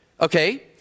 okay